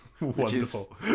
Wonderful